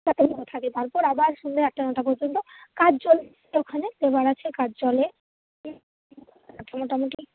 চারটা পর্যন্ত থাকে তারপর আবার সন্ধে আটটা নটা পর্যন্ত কাজ চলে ওখানে লেবার আছে কাজ চলে মোটামোটি